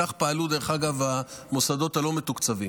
כך פעלו, דרך אגב, המוסדות הלא-מתוקצבים,